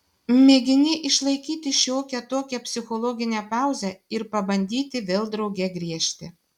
mėgini išlaikyti šiokią tokią psichologinę pauzę ir pabandyti vėl drauge griežti